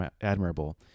admirable